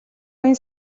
оюун